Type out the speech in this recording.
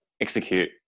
execute